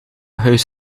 huis